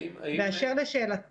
באשר לשאלתך